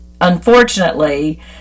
unfortunately